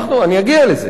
אני אגיע לזה.